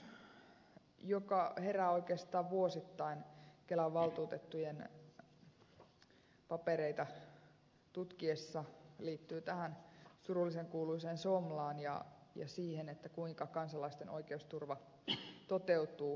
kysymys joka herää oikeastaan vuosittain kelan valtuutettujen papereita tutkiessa liittyy tähän surullisen kuuluisaan somlaan ja siihen kuinka kansalaisten oikeusturva toteutuu